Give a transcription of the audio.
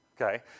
Okay